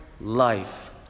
life